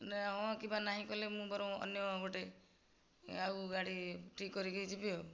ମାନେ ହଁ କିମ୍ବା ନାହିଁ କଲେ ମୁଁ ବରଂ ଅନ୍ୟ ଗୋଟିଏ ଆଉ ଗାଡ଼ି ଠିକ୍ କରିକି ଯିବି ଆଉ